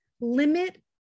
limit